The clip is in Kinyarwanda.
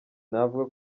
navuga